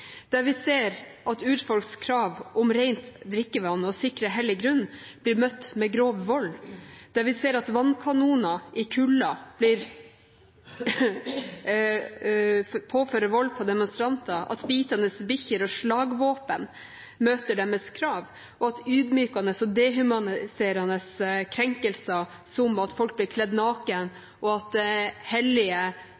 Der ser vi at urfolks krav om rent drikkevann og å sikre hellig grunn blir møtt med grov vold. Der ser vi at vannkanoner i kulden påfører vold på demonstranter, at bitende bikkjer og slagvåpen møter deres krav, og ydmykende og dehumaniserende krenkelser, som at folk blir kledd